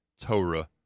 Torah